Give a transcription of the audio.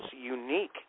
unique